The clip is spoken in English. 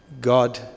God